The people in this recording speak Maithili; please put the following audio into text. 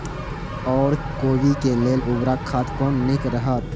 ओर कोबी के लेल उर्वरक खाद कोन नीक रहैत?